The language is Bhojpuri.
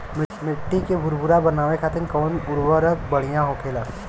मिट्टी के भूरभूरा बनावे खातिर कवन उर्वरक भड़िया होखेला?